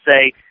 say